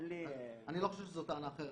אני לא חושב שזו טענה אחרת.